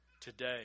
today